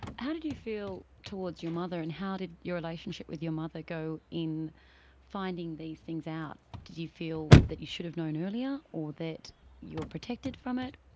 how did you feel towards your mother and how did your relationship with your mother go in finding these things out? did you feel that you should have known earlier or that you were protected from it?